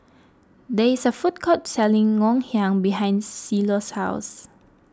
there is a food court selling Ngoh Hiang behind Cielo's house